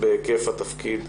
בהיקף התפקיד,